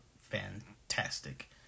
fantastic